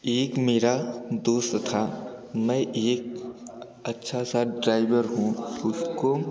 एक मेरा दोस्त था मैं एक अच्छा सा ड्राइवर हूँ उसको